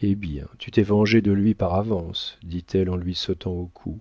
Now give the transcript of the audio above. eh bien tu t'es vengé de lui par avance dit-elle en lui sautant au cou